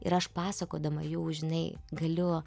ir aš pasakodama jau žinai galiu